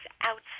outside